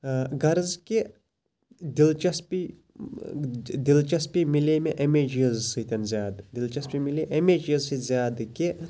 غرض کہِ دِلچَسپی دِلچَسپی مِلے مےٚ امے چیٖزٕ سۭتۍ زیادٕ دِلچَسپی مِلے امے چیٖزٕ سۭتۍ زیادٕ کہِ